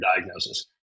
diagnosis